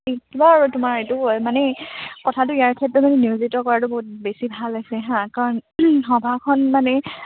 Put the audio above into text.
আৰু তোমাৰ এইটো মানে কথাটো ইয়াৰ ক্ষেত্ৰত মানে নিয়োজিত কৰাটো বহুত বেছি ভাল আছে হা কাৰণ সভাখন মানে